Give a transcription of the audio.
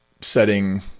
setting